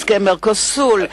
הסכם ה"מרקוסור".